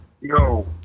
Yo